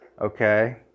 okay